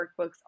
workbooks